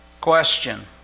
Question